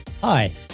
Hi